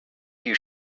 you